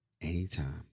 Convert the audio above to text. anytime